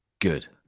Good